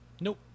Nope